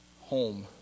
home